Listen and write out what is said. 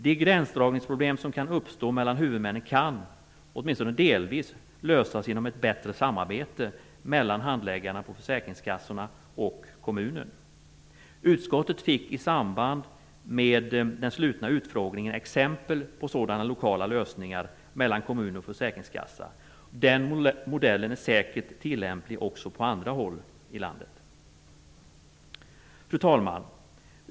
De gränsdragningsproblem som kan uppstå mellan huvudmännen kan, åtminstone delvis, lösas genom ett bättre samarbete mellan handläggarna på försäkringskassorna och kommunen. Utskottet fick i samband med den slutna utfrågningen exempel på sådana lokala lösningar mellan kommun och försäkringskassa. Den modellen är säkert tillämplig också på andra håll i landet. Fru talman!